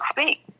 speak